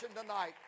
tonight